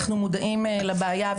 אנחנו מודעים לבעיה.